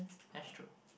that's true